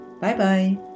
Bye-bye